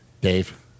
Dave